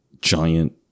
giant